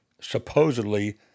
supposedly